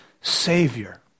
savior